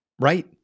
Right